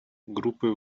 группой